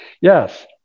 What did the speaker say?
Yes